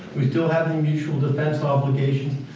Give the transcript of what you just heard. we still have mutual defense obligations,